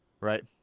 Right